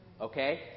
Okay